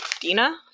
dina